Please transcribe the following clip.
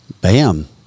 Bam